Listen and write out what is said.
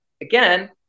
again